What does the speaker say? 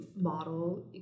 model